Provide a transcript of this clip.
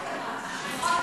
אבל תיקנּו,